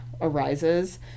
arises